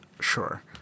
Sure